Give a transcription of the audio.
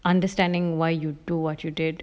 understanding why you do what you did